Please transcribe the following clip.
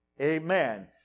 Amen